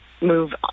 move